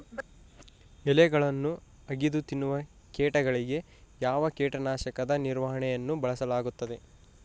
ಎಲೆಗಳನ್ನು ಅಗಿದು ತಿನ್ನುವ ಕೇಟಗಳಿಗೆ ಯಾವ ಕೇಟನಾಶಕದ ನಿರ್ವಹಣೆಯನ್ನು ಬಳಸಲಾಗುತ್ತದೆ?